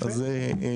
אז זה התחדשות,